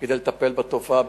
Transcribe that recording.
כדי לטפל בתופעה,